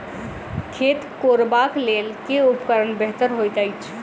खेत कोरबाक लेल केँ उपकरण बेहतर होइत अछि?